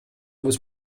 muss